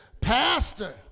pastor